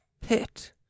pit